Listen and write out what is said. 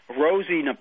Rosie